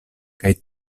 kaj